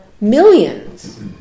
millions